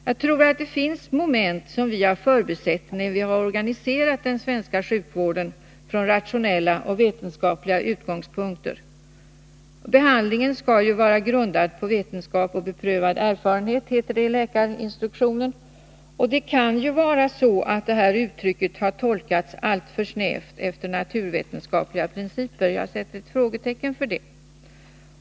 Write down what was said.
Jagtror att det finns moment som vi har förbisett när vi har organiserat den svenska sjukvården från rationella och vetenskapliga utgångspunkter. Behandlingen skall ju vara grundad på vetenskap och beprövad erfarenhet, som det heter i läkarinstruktionen, och det kan hända att det uttrycket har tolkats alltför snävt efter naturvetenskapliga principer. Jag sätter ett frågetecken för det.